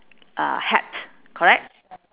uh hat correct